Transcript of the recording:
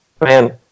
Man